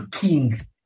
king